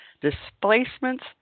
displacements